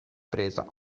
presa